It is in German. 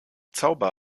zauber